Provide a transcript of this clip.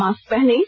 mask पहनें